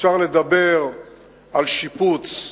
אפשר לדבר על שיפוץ,